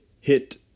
hit